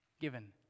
given